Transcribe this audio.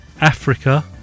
Africa